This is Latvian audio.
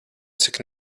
cik